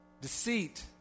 deceit